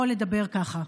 יכול לדבר ככה.